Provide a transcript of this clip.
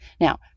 Now